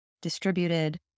distributed